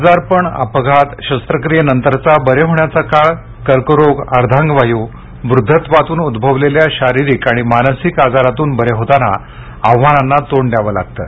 आजार पण अपघात शस्त्र क्रियेनंतरचा बरे होण्याचा काळ कर्करोग अर्धांगवायू वृद्धत्वातून उद्भवलेल्या शारीरिक आणि मानसिक आजारांतून बरे होताना आव्हानांना तोंड द्यावे लागतं